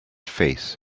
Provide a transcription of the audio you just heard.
faith